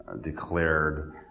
declared